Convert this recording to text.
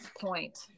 point